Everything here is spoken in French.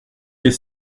les